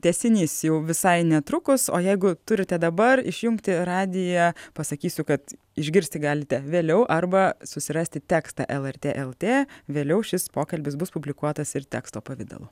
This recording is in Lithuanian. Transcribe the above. tęsinys jau visai netrukus o jeigu turite dabar išjungti radiją pasakysiu kad išgirsti galite vėliau arba susirasti tekstą lrt lt vėliau šis pokalbis bus publikuotas ir teksto pavidalu